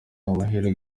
amahirwe